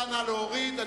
סעיף 91, לשנת 2009, נתקבל.